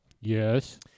Yes